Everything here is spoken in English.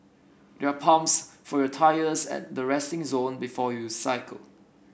there are pumps for your tyres at the resting zone before you cycle